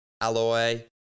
Alloy